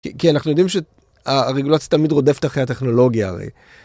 כן, אנחנו יודעים שהרגולציה תמיד רודפת אחרי הטכנולוגיה הרי.